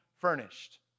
furnished